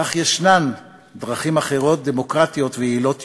אך יש דרכים אחרות, דמוקרטיות ויעילות יותר,